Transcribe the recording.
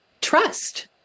trust